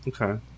Okay